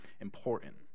important